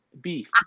Beef